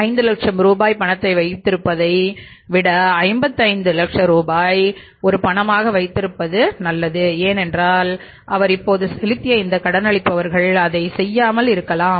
5 லட்சம் ரூபாய் பணத்தை வைத்திருப்பதை விட 55 ரூபாயை ஒரு பணமாக வைத்திருப்பது நல்லது ஏனென்றால் அவர் இப்போது செலுத்திய இந்த கடனளிப்பவர்கள் அதை செய்யாமல் இருக்கலாம்